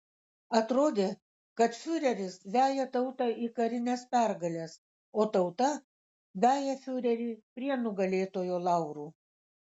atrodė kad fiureris veja tautą į karines pergales o tauta veja fiurerį prie nugalėtojo laurų